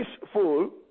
peaceful